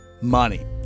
Money